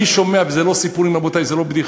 אני שומע, וזה לא סיפורים, רבותי, זו לא בדיחה,